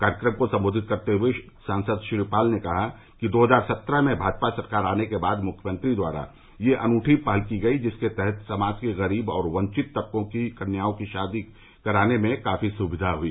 कार्यक्रम को सम्बोधित करते हुए सांसद श्री पाल ने कहा कि दो हजार सत्रह में भाजपा सरकार आने के बाद मुख्यमंत्री द्वारा यह अनूठी पहल की गई जिसके तहत समाज के गरीब और वंचित तबकों की कन्याओं की शादी कराने में काफी सुविधा हुई